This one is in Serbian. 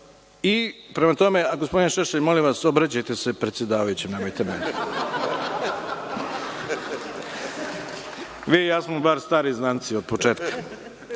ste ga smenili?)Gospodine Šešelj, molim vas obraćajte se predsedavajućem, nemojte meni. Vi ja smo bar stari znanci od početka,